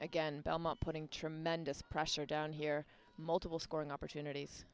again belmont putting tremendous pressure down here multiple scoring opportunities